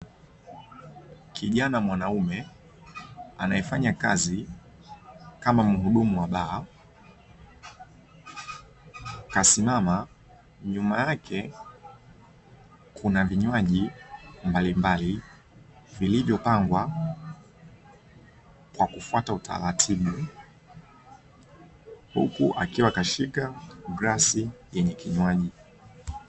Kijana wa kiume anaefanya kazi kama mhudumu wa baa kasimama huku nyuma yake kukiwa na vinywaji mbalimbali vilivyopangwa kwa kufuata utaratibu huku akiwa kashika glasi yenye kinywaji.